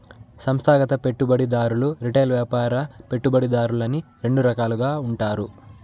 సంస్థాగత పెట్టుబడిదారులు రిటైల్ వ్యాపార పెట్టుబడిదారులని రెండు రకాలుగా ఉంటారు